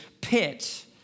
pit